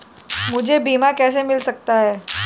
मुझे बीमा कैसे मिल सकता है?